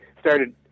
started